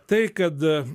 tai kad